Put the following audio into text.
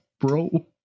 bro